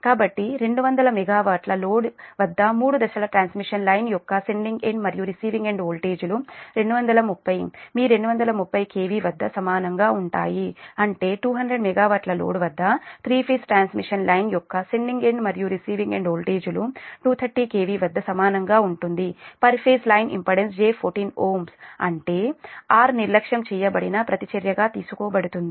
కాబట్టి 200 మెగావాట్ల లోడ్ వద్ద మూడు దశల ట్రాన్స్మిషన్ లైన్ యొక్క సెండింగ్ ఎండ్ మరియు రిసీవింగ్ ఎండ్ వోల్టేజీలు 230 మీ 230kV వద్ద సమానంగా ఉంటాయి అంటే 200 మెగావాట్ల లోడ్ వద్ద 3 ఫేజ్ ట్రాన్స్మిషన్ లైన్ యొక్క సెండింగ్ ఎండ్ మరియు రిసీవింగ్ ఎండ్ వోల్టేజీలు 230 కెవి వద్ద సమానంగా ఉంటుంది per phase line impedance j14Ω అంటే 'r'నిర్లక్ష్యం చేయబడిన ప్రతిచర్యగా తీసుకోబడుతుంది